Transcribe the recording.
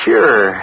Sure